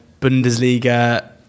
bundesliga